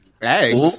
Eggs